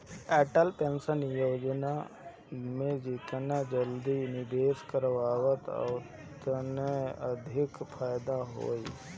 Atal pension योजना में जेतना जल्दी निवेश करबअ ओतने अधिका फायदा होई